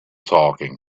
talking